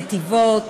נתיבות,